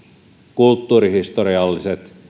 kulttuurihistorialliset ja